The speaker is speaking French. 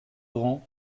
rang